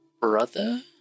Brother